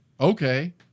okay